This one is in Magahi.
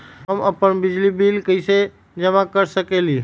हम अपन बिजली बिल कैसे जमा कर सकेली?